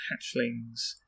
hatchlings